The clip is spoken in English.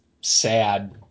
sad